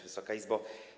Wysoka Izbo!